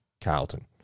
Carlton